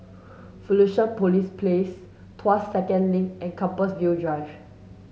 Fusionopolis Place Tuas Second Link and Compassvale Drive